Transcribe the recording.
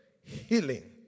Healing